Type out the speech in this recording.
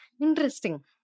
Interesting